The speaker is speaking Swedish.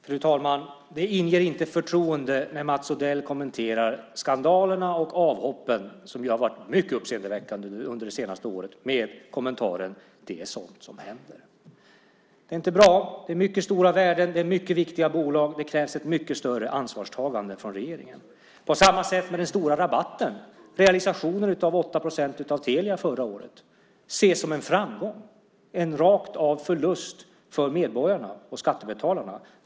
Fru talman! Det inger inte förtroende när Mats Odell kommenterar skandalerna och avhoppen, som har varit mycket uppseendeväckande under det senaste året, med: "Det är sådant som händer." Det är inte bra. Det är mycket stora värden och mycket viktiga bolag. Det krävs ett mycket större ansvarstagande från regeringen. Det är på samma sätt med den stora rabatten. Realisationen av 8 procent av Telia förra året ses som en framgång. Det var en ren förlust för medborgarna och skattebetalarna.